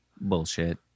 bullshit